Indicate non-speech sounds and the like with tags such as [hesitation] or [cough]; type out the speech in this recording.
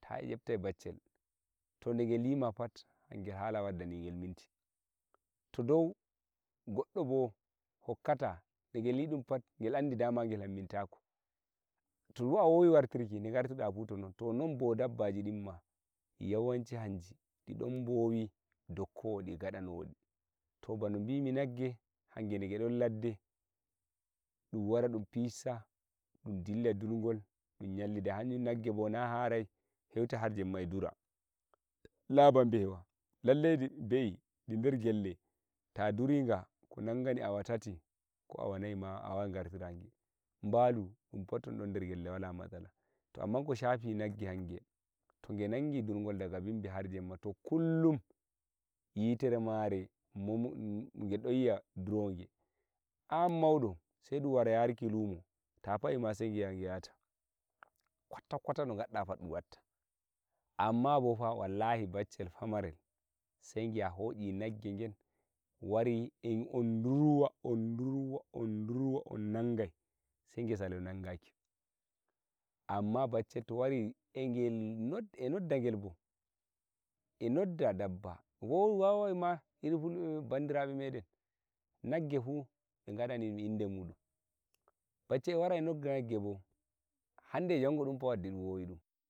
ta ƴebtai baccel to nde gel yi ma pat hangel hala a waddani nayi ngel minti to dou goɗɗo bo hokkata ngel e ngel yi dum patngel andi ngel hammintako to bo a wowi wartirki to nde gartuɗa fu to non to non dabbaji ɗin ma yawanci hanji ɗi don bowi dokkowoɗid ngadanowo ɗi to bano bimi nagge hange nde nge don ladde dum wara dum fissa dum dilla ndurgol dum nyallida haum nagge na harai heutai har jemma ehdura na ba bewa lallai be'i di nder gelle ta duri ga ko nanga ni awa tati ko nayi ma a wawai ngartida ngel mbalu pat to don nder gelle to wala matsala to amman ko shafi nagge hayum hange to ge nagi durgol daga bimbi har jemma kullum yitere mare [hesitation] nge don yi'a ndurowo nge an maudo sai ɗum wara yarki lumo ta fa'e ma sai ngi'a nge sali yaugo kwata kwata no gadda fuu amma bo fa wallahi baccel famarel sei gi'a hoyi nagge ngen wari e on durwa on durwa on nangai seinge salo nangeki amma baccel to wari e ngel nodda nge bo e nodda dabba won wawai iri fulɓe bandiraɓe men nagge fuu mbe ngadani nge inde mudum baccel e wara e nodda nge bo hande e njango fa waddi dum wowi dum